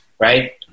right